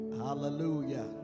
hallelujah